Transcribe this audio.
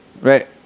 Right